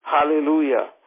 Hallelujah